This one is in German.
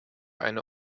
eine